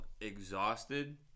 exhausted